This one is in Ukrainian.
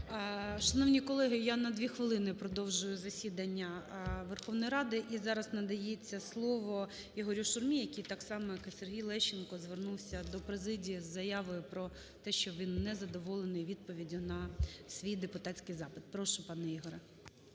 Шановні колеги, я на 2 хвилини продовжую засідання Верховної Ради. І зараз надається слово ІгорюШурмі, який так само, як і Сергій Лещенко звернувся до президії з заявою про те, що він незадоволений відповіддю на свій депутатський запит. Прошу, пане Ігоре.